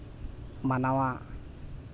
ᱢᱟᱱᱟᱣᱟ